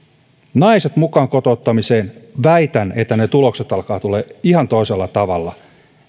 naiset mukaan kotouttamiseen väitän että ne tulokset alkavat tulla ihan toisella tavalla